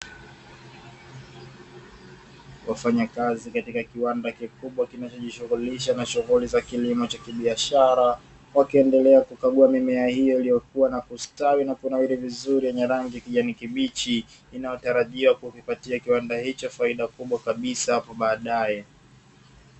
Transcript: Wafanyakazi katika kiwanda kikubwa kinachojishughulisha na shughuli za kilimo cha kibiashara wakiendelea kukagua mimea hiyo iliyokua na kustawi na kunawiri vizuri yenye rangi ya kijani kibichi inayotarajia kukipatia kiwanda hicho faida kubwa kabisa kwa baadaye.